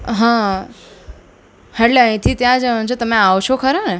હા હા એટલે અહીંથી ત્યાં જવાનું છે તમે આવશો ખરા ને